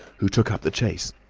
who took up the chase.